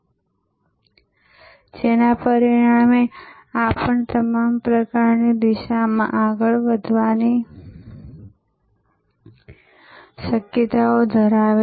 આની સ્પષ્ટતા કરવા માટે ચાલો ઉદાહરણ તરીકે આ ચિત્ર જોઈએ આ વાસ્તવમાં કોઈપણ આધુનિક મોલ અથવા મોટા શોપિંગ સેન્ટરનો આંતરિક ભાગ હોઈ શકે છે